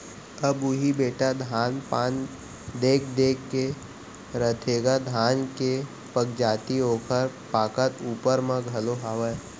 अब उही बेटा धान पान देख देख के रथेगा धान के पगजाति ओकर पाकत ऊपर म घलौ हावय